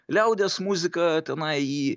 liaudies muzika tenai į